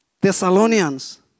Thessalonians